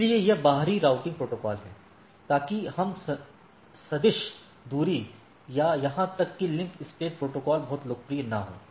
इसलिए यह बाहरी राउटिंग प्रोटोकॉल है ताकि हम सदिश दूरी या यहां तक कि लिंक स्टेट स्टेट प्रोटोकॉल बहुत लोकप्रिय न हों